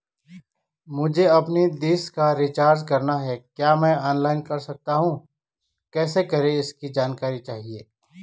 मुझे अपनी डिश का रिचार्ज करना है क्या मैं ऑनलाइन कर सकता हूँ कैसे करें इसकी जानकारी चाहिए?